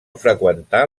freqüentar